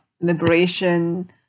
liberation